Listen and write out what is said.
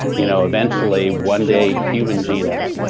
you know eventually one day human genomes.